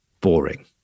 boring